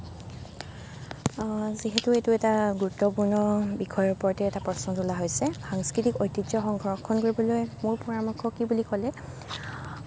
যিহেতু এইটো এটা গুৰুত্বপূৰ্ণ বিষয়ৰ ওপৰতেই এটা প্ৰশ্ন তোলা হৈছে সাংকৃতিক ঐতিহ্য সংৰক্ষণ কৰিবলৈ মোৰ পৰামৰ্শ কি বুলি ক'লে